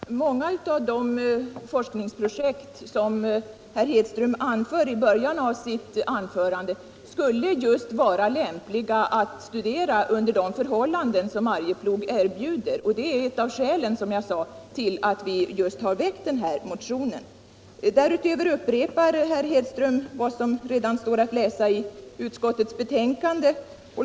Herr talman! Många av de forskningsprojekt som herr Hedström nämnde i början av sitt anförande skulle vara lämpliga att studera just under de förhållanden som Arjeplog erbjuder, och det är, som jag sade, ett av skälen till att vi har väckt motionen. Därutöver upprepade herr Hedström vad som redan står att läsa i utskottets betänkande.